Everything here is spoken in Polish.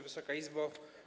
Wysoka Izbo!